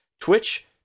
twitch